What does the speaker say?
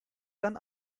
dann